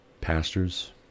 pastors